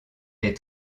est